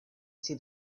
see